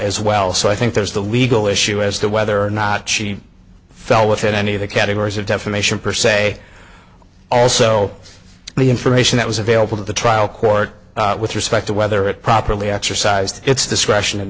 as well so i think there's the legal issue as to whether or not she fell within any of the categories of defamation per se also the information that was available at the trial court with respect to whether it properly exercised its discretion in